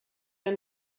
and